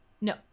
No